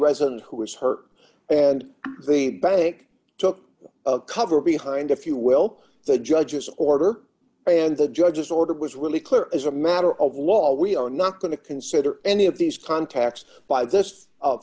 resident who was hurt and the bank took cover behind if you will the judge's order and the judge's order was really clear as a matter of law we are not going to consider any of these contacts by